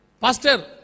Pastor